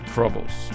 Troubles